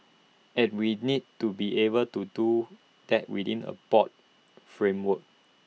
and we need to be able to do that within A broad framework